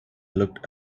looked